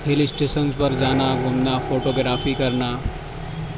ہل اسٹیشن پر جانا گھومنا فوٹوگرافی کرنا